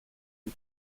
του